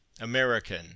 American